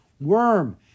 Worm